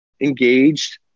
engaged